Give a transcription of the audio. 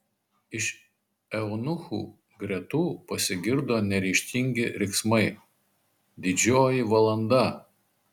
iš eunuchų gretų pasigirdo neryžtingi riksmai didžioji valanda